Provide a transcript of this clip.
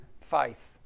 faith